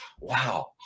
wow